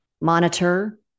Monitor